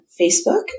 Facebook